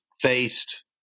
faced